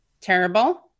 terrible